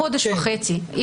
חודש וחצי.